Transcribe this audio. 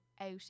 out